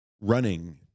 running